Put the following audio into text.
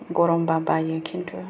गरम बा बायो खिन्थु